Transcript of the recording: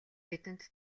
бидэнд